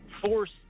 force